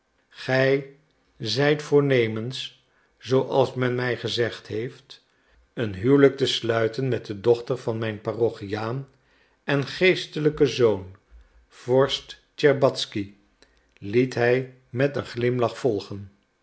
gij zijt voornemens zooals men mij gezegd heeft een huwelijk te sluiten met de dochter van mijn parochiaan en geestelijken zoon vorst tscherbatzky liet hij met een glimlach volgen